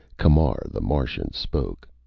camar the martian spoke.